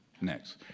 Next